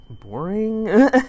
boring